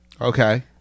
Okay